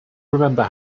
remember